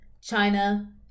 China